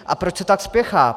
A proč se tak spěchá?